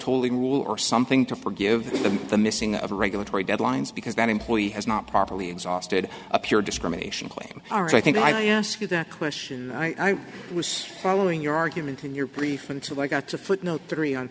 totally rule or something to forgive the missing of regulatory deadlines because that employee has not properly exhausted a pure discrimination claim all right i think i ask you that question i was following your argument in your prefix of i got to footnote three on